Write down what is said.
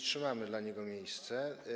Trzymamy dla niego miejsce.